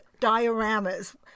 dioramas